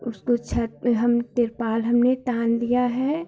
उसको छत पे हम त्रिपाल हमने टांग दिया है